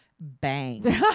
bang